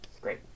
Great